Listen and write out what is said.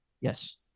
Yes